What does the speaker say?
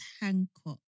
Hancock